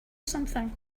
something